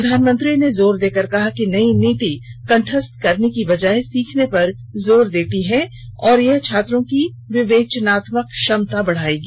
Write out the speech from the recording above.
प्रधानमंत्री ने जोर देकर कहा कि नई नीति कंठस्थ करने के बजाए सीखने पर जोर देती है और वह छात्रों की विवेचनात्मक क्षमता बढ़ाएगी